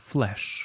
Flesh